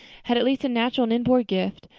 had at least a natural and inborn gift,